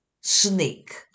Snake